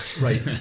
Right